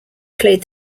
played